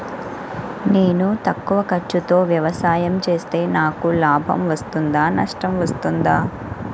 నేను తక్కువ ఖర్చుతో వ్యవసాయం చేస్తే నాకు లాభం వస్తుందా నష్టం వస్తుందా?